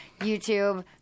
YouTube